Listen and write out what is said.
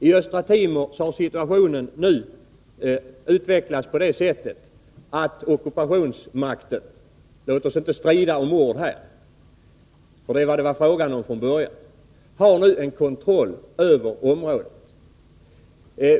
I Östra Timor har situationen nu utvecklats på det sättet att ockupationsmakten — låt oss inte strida om ord, för det är vad det var fråga om från början — har nu kontroll över området.